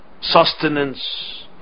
sustenance